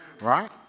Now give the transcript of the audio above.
right